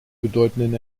bedeutenden